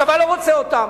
הצבא לא רוצה אותן.